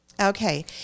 okay